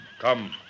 Come